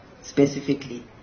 specifically